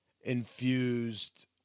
Infused